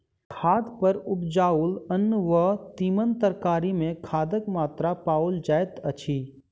खाद पर उपजाओल अन्न वा तीमन तरकारी मे खादक मात्रा पाओल जाइत अछि